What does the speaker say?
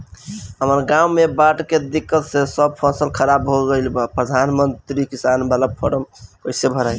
हमरा गांव मे बॉढ़ के दिक्कत से सब फसल खराब हो गईल प्रधानमंत्री किसान बाला फर्म कैसे भड़ाई?